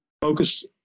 focus